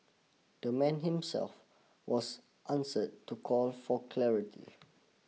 the man himself was answered to call for clarity